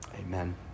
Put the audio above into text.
Amen